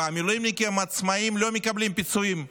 והמילואימניקים העצמאים לא מקבלים פיצויים.